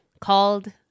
called